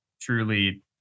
truly